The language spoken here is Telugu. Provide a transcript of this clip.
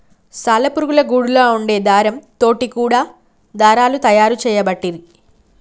సాలె పురుగుల గూడులా వుండే దారం తోటి కూడా దారాలు తయారు చేయబట్టిరి